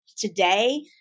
today